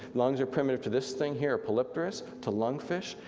lungs are primitive to this thing here, a polypterus, to lung fish,